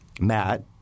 Matt